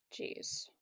Jeez